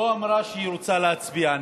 לא אמרה שהיא רוצה להצביע נגד.